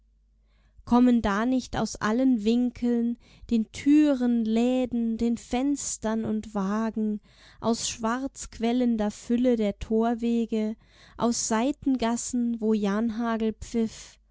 kommen da nicht aus allen winkeln den türen läden den fenstern und wagen aus schwarz quellender fülle der torwege aus seitengassen wo